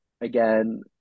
again